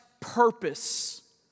purpose